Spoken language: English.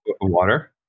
Water